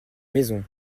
maison